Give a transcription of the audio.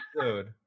dude